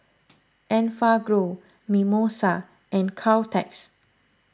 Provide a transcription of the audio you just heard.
Enfagrow Mimosa and Caltex